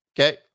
Okay